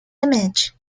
image